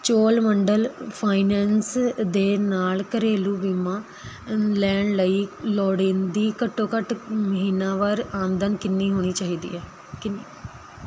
Cholamandalam finance ਅ ਦੇ ਨਾਲ ਘਰੇਲੂ ਬੀਮਾ ਅ ਲੈਣ ਲਈ ਲੋੜੀਂਦੀ ਘੱਟੋ ਘੱਟ ਮਹੀਨਾਵਾਰ ਆਮਦਨ ਕਿੰਨੀ ਹੋਣੀ ਚਾਹੀਦੀ ਹੈ ਕਿ